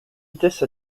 vitesse